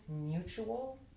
mutual